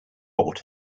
bought